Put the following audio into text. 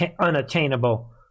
unattainable